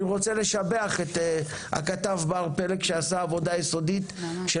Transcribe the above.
אני רוצה לשבח את הכתב בר פלג שעשה עבודה יסודית של